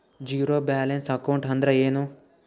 Zero balance account ಅಂದ್ರ ಏನು?